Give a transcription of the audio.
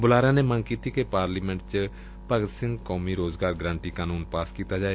ਬੁਲਾਰਿਆਂ ਨੇ ਮੰਗ ਕੀਤੀ ਕਿ ਪਾਰਲੀਮੈਂਟ ਚ ਭਗਤ ਸਿੰਘ ਕੌਮੀ ਰੋਜ਼ਗਾਰ ਗਰੰਟੀ ਕਾਨੁੰਨ ਪਾਸ ਕੀਤਾ ਜਾਏ